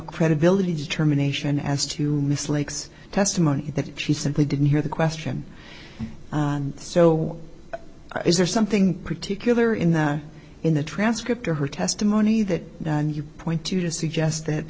credibility determination as to miss lake's testimony that she simply didn't hear the question so is there something particular in that in the transcript or her testimony that